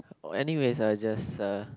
or anyway I just uh